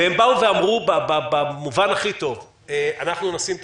והם באו ואמרו במובן הכי טוב אנחנו נשים את